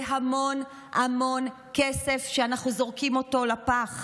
זה המון המון כסף שאנחנו זורקים אותו לפח.